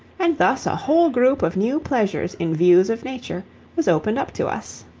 and thus a whole group of new pleasures in views of nature was opened up to us.